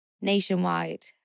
Nationwide